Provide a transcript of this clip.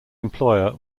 employer